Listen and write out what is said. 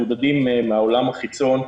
הם מבודדים מהעולם החיצון,